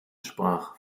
sprach